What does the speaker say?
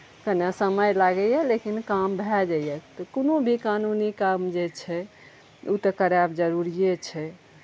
कनेक समय लागैए लेकिन काम भए जाइए तऽ कोनो भी कानूनी काम जे छै ओ तऽ करायब जरूरिए छै